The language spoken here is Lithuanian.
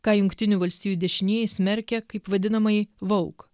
ką jungtinių valstijų dešinieji smerkia kaip vadinamąjį vauk